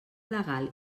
legal